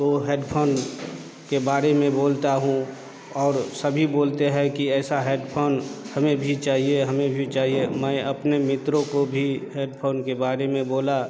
को हैदफोन के बारे में बोलता हूँ और सभी बोलते है कि ऐसा हैदफोन हमें भी चाहिए हमें भी चाहिए मैं अपने मित्रों को भी हेडफोन के बारे में बोला